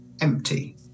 empty